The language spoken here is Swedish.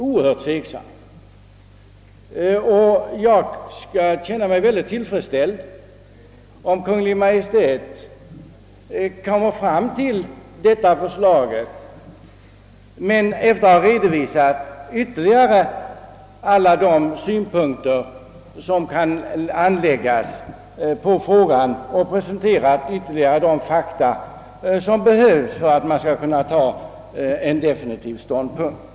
Och jag skall känna mig mycket tillfredsställd om Kungl. Maj:t, efter att ha redovisat alla de synpunkter som kan anläggas på frågan, presenterar de ytterligare fakta som behövs för att definitiv ställning skall kunna tas.